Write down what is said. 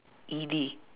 E D